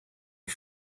are